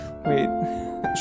Wait